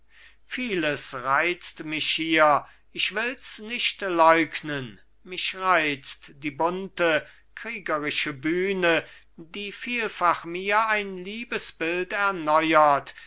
vieles reizt mich hier ich wills nicht leugnen mich reizt die bunte kriegerische bühne die vielfach mir ein liebes bild erneuert